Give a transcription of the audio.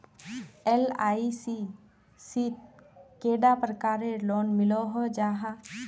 LIC शित कैडा प्रकारेर लोन मिलोहो जाहा?